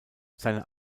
seine